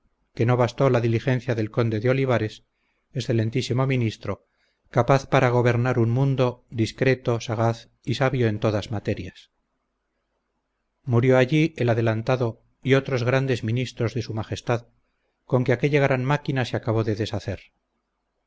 que no bastó la diligencia del conde de olivares excelentísimo ministro capaz para gobernar un mundo discreto sagaz y sabio en todas materias murió allí el adelantado y otros grandes ministros de s m con que aquella gran máquina se acabó de deshacer